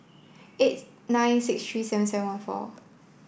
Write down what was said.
eight nine six three seven seven one four